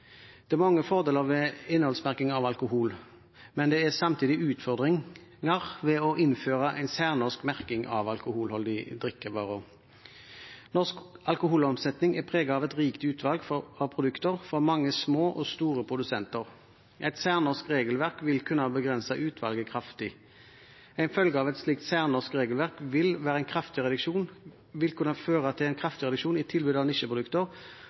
Det er mange fordeler med innholdsmerking av alkohol, men det er samtidig utfordringer ved å innføre en særnorsk merking av alkoholholdige drikkevarer. Norsk alkoholomsetning er preget av et rikt utvalg av produkter fra mange små og store produsenter. Et særnorsk regelverk vil kunne begrense utvalget kraftig. En følge av et slikt særnorsk regelverk vil kunne føre til en kraftig reduksjon i tilbudet av nisjeprodukter og vil kunne begrense utvalget hos Vinmonopolet. Matinformasjonsforordningen er gjennomført i